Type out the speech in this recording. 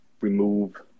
remove